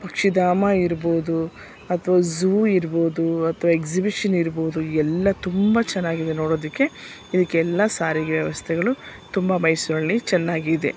ಪಕ್ಷಿಧಾಮ ಇರ್ಬೋದು ಅಥವಾ ಝೂ ಇರ್ಬೋದು ಅಥವಾ ಎಕ್ಸಿಬಿಷನ್ ಇರ್ಬೋದು ಎಲ್ಲ ತುಂಬ ಚೆನ್ನಾಗಿದೆ ನೋಡೋದಕ್ಕೆ ಇದಕ್ಕೆಲ್ಲ ಸಾರಿಗೆ ವ್ಯವಸ್ಥೆಗಳು ತುಂಬ ಮೈಸೂರಿನಲ್ಲಿ ಚೆನ್ನಾಗಿದೆ